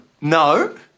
no